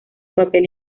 papel